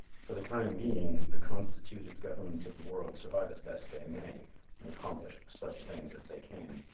for the time being, the constituted governments of the world survive as best they may and accomplish such things as they can,